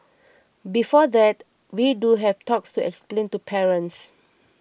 before that we do have talks to explain to parents